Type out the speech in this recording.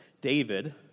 David